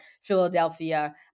philadelphia